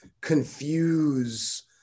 confuse